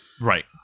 Right